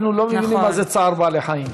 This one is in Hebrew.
אנחנו לא מבינים מה זה צער בעלי-חיים.